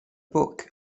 book